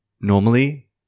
Normally